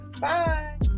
Bye